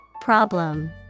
Problem